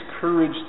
courage